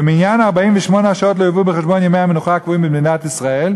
במניין 48 השעות לא יובאו בחשבון ימי המנוחה הקבועים במדינת ישראל,